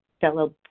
fellow